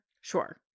Sure